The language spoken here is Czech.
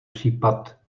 případ